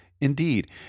Indeed